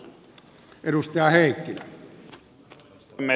arvoisa puhemies